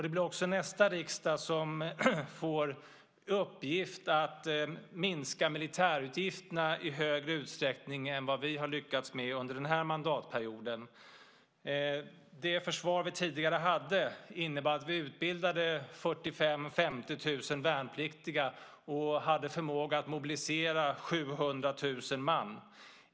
Det blir också nästa riksdag som får i uppgift att minska militärutgifterna i större utsträckning än vad vi har lyckats med under den här mandatperioden. Det försvar vi tidigare hade utbildade 45 000-50 000 värnpliktiga och hade förmåga att mobilisera 700 000 man.